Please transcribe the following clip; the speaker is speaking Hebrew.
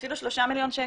אפילו שלושה מיליון שקל.